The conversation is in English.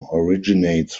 originates